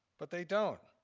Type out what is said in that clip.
but they don't.